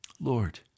Lord